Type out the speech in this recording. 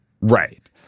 Right